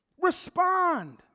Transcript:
Respond